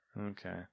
Okay